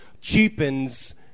cheapens